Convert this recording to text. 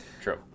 True